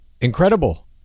Incredible